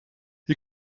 you